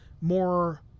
more